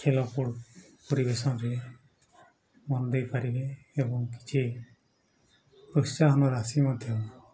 ଖେଳ ପରିବେଶରେ ମନ ଦେଇପାରିବେ ଏବଂ କିଛି ପ୍ରୋତ୍ସାହନ ରାଶି ମଧ୍ୟ